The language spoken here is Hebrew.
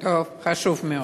טוב, חשוב מאוד.